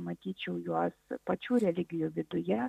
matyčiau juos pačių religijų viduje